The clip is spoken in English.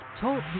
Talk